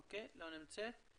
אוקיי, לא נמצאת.